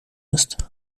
ist